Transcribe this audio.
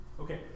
Okay